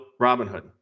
Robinhood